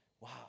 wow